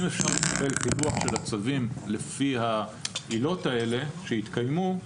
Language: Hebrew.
אם אפשר לקבל דיווח של הצווים לפי העילות האלה שהתקיימו,